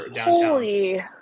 holy